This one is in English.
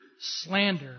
Slander